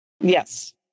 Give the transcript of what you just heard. Yes